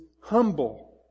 humble